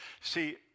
See